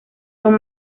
son